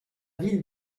ville